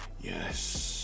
Yes